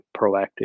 proactive